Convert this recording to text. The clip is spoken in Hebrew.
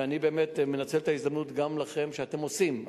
ואני באמת מנצל את ההזדמנות לומר גם לכם שאתם עושים,